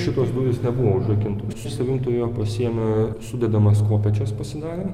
šitos durys nebuvo užrakintos su savim turėjo pasiėmę sudedamas kopėčias pasidarę